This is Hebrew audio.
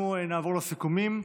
אנחנו נעבור לסיכומים.